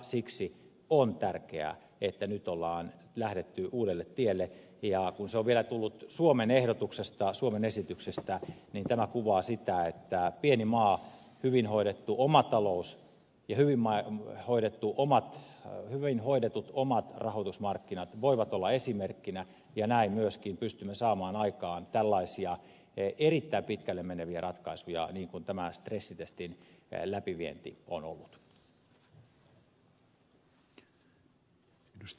siksi on tärkeää että nyt on lähdetty uudelle tielle ja kun se on vielä tullut suomen esityksestä niin tämä kuvaa sitä että pieni maa hyvin hoidettu oma talous ja hyvin hoidetut omat rahoitusmarkkinat voi olla esimerkkinä ja näin myöskin pystymme saamaan aikaan tällaisia erittäin pitkälle meneviä ratkaisuja niin kuin tämän stressitestin läpivienti on ollut